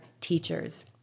teachers